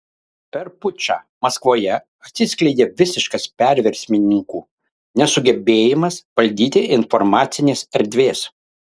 per pučą maskvoje atsiskleidė visiškas perversmininkų nesugebėjimas valdyti informacinės erdvės